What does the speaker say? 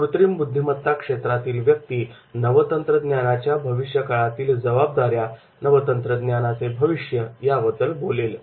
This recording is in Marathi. कृत्रिम बुद्धिमत्ता क्षेत्रातील व्यक्ती तंत्रज्ञानाच्या भविष्यकाळातील जबाबदाऱ्या तंत्रज्ञानाचे भविष्य याबद्दल बोलेल